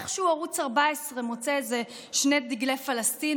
ואיכשהו ערוץ 14 מוצא איזה שני דגלי פלסטין